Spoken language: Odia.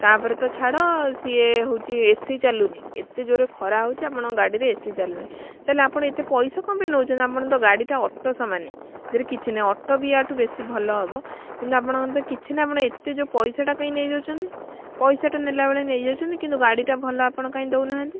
ତା'ପରେ ତ ଛାଡ଼ ସିଏ ହେଉଛି ଏ ସି ଚାଲୁନି ଏତେ ଜୋର ଖରା ହେଉଛି ଆପଣଙ୍କ ଗାଡ଼ିରେ ଏ ସି ଚାଲୁନି ତା'ହେଲେ ଆପଣ ଏତେ ପଇସା କ'ଣ ପାଇଁ ନେଉଛନ୍ତି ଆପଣ ତ ଗାଡ଼ିଟା ଅଟୋ ସମାନ ତା'ଦିଅରେ କିଛି ନାହିଁ ଅଟୋ ବି ଇଆ ଠୁ ବେଶୀ ଭଲ ହେବ କିନ୍ତୁ ଆପଣଙ୍କର ତ କିଛି ନାହିଁ ଆପଣ ଏତେ ଯେଉଁ ପଇସାଟା କାହିଁ ନେଇ ଯାଉଛନ୍ତି ପଇସାଟା ନେଲା ବେଳେ ନେଇ ଯାଉଛନ୍ତି କିନ୍ତୁ ଗାଡ଼ିଟା ଭଲ ଆପଣ କାହିଁ ଦେଉନାହାଁନ୍ତି